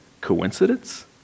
Coincidence